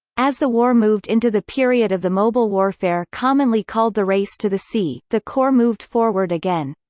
as the war moved into the period of the mobile warfare commonly called the race to the sea, the corps moved forward again.